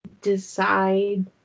decide